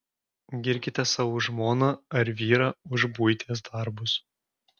girkite savo žmoną ar vyrą už buities darbus